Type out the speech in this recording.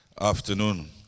afternoon